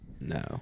No